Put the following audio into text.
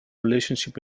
relationship